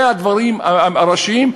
אלה הדברים הראשיים.